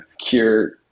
cure